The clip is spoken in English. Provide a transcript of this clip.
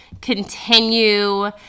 continue